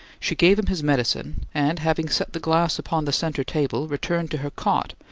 she gave him his medicine, and, having set the glass upon the center table, returned to her cot,